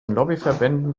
lobbyverbänden